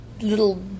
little